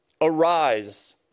Arise